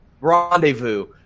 rendezvous